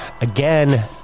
again